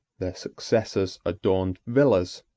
their successors adorned villas,